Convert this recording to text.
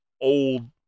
old